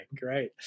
great